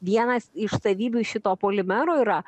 vienas iš savybių šito polimero yra